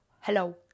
Hello